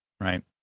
right